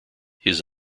his